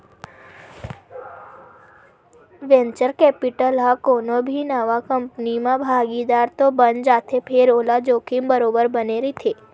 venture capital ह कोनो भी नवा कंपनी म भागीदार तो बन जाथे फेर ओला जोखिम बरोबर बने रहिथे